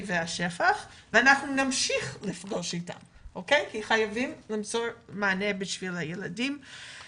והשפ"ח ונמשיך להיפגש איתם כיוון שחייבים למצוא מענה לילדים.